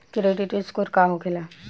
Credit score का होखेला?